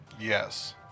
Yes